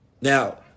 Now